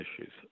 issues